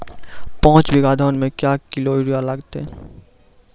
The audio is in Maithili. पाँच बीघा धान मे क्या किलो यूरिया लागते?